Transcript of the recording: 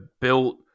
built